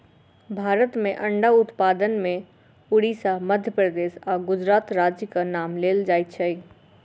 भारत मे अंडा उत्पादन मे उड़िसा, मध्य प्रदेश आ गुजरात राज्यक नाम लेल जाइत छै